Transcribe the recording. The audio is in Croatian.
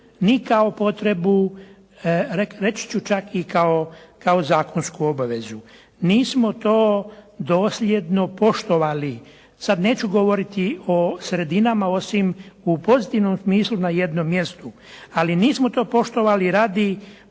ni kao potrebu, reći ću čak i kao zakonsku obavezu. Nismo to dosljedno poštovali, sada neću govoriti o sredinama osim u pozitivnom smislu na jednom mjestu, ali nismo to poštovali radi